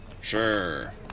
Sure